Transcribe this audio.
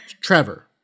Trevor